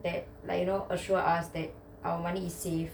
that like you know assured us that our money is safe